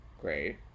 Great